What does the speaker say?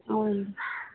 అవును